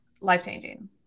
life-changing